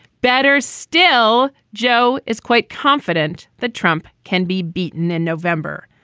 better still, joe is quite confident that trump can be beaten in november.